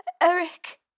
Eric